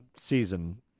season